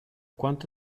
quanto